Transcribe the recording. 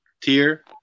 tier